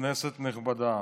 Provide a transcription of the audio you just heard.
כנסת נכבדה,